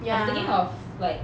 I'm thinking of like